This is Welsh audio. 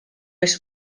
oes